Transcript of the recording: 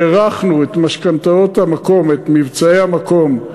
הארכנו את משכנתאות המקום, את מבצעי המקום,